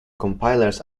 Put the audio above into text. compilers